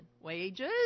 wages